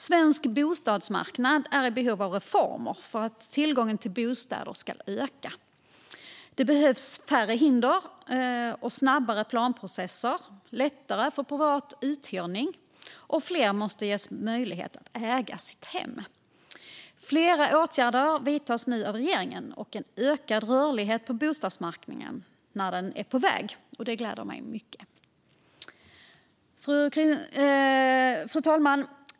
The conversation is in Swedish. Svensk bostadsmarknad är i behov av reformer för att tillgången till bostäder ska öka. Det behövs färre hinder, snabbare planprocesser och underlättad privatuthyrning. Fler måste ges möjligheten att äga sitt hem. Flera åtgärder vidtas nu av regeringen, och en ökad rörlighet på bostadsmarknaden är på väg. Det gläder mig mycket. Fru talman!